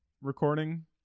recording